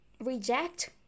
reject